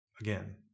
again